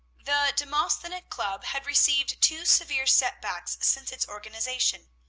the demosthenic club had received two severe setbacks since its organization.